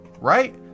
right